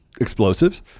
explosives